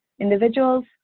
individuals